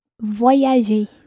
Voyager